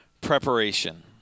preparation